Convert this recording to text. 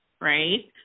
right